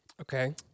Okay